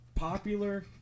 popular